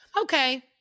okay